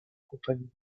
compagnons